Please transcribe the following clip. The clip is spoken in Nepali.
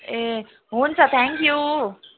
ए हुन्छ थ्याङ्क यु